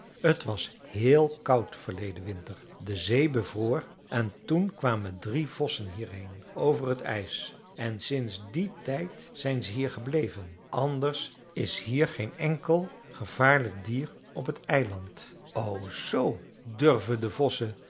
t was héél koud verleden winter de zee bevroor en toen kwamen drie vossen hierheen over het ijs en sinds dien tijd zijn ze hier gebleven anders is hier geen enkel gevaarlijk dier op het eiland o zoo durven de vossen